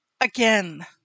again